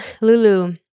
Lulu